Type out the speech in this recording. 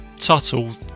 Tuttle